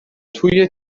توی